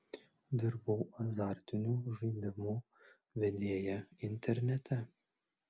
dirbau azartinių žaidimų vedėja internete